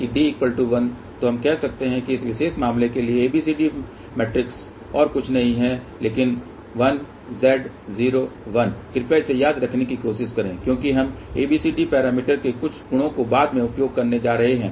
तो D1 तो हम कह सकते हैं कि इस विशेष मामले के लिए ABCD मैट्रिक्स और कुछ नहीं है लेकिन 1 Z 0 1 कृपया इसे याद रखने की कोशिश करें क्योंकि हम ABCD पैरामीटर के कुछ गुणों का बाद में उपयोग करने जा रहे हैं